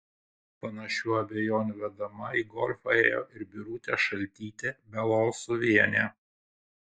panašių abejonių vedama į golfą ėjo ir birutė šaltytė belousovienė